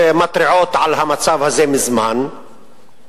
ישראל נמצאת במקום האחרון או כמעט אחרון ב-OECD מבחינת מספר מיטות לנפש,